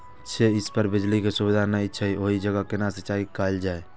छै इस पर बिजली के सुविधा नहिं छै ओहि जगह केना सिंचाई कायल जाय?